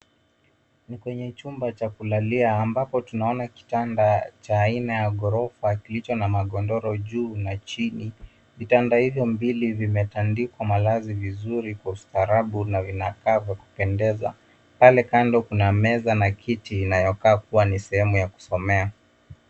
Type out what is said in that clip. Kwenye chumba cha kulalia ambapo tunaona kitanda cha aina ya gorofa kilicho na magodoro juu na chini. Vitanda hivyo mbili vimetandikwa malazi vizuri kwa ustaarabu na vinakaa vya kupendeza. Pale kando kuna meza na kiti inayokaa kuwa ni sehemu ya kusomea.